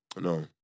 No